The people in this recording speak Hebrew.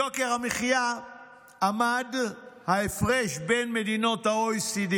ביוקר המחיה ההפרש בין מדינות ה-OECD